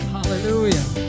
Hallelujah